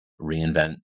reinvent